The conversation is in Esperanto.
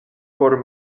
por